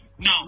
No